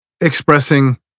expressing